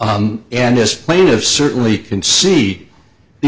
on and display of certainly can see the